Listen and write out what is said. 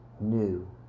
new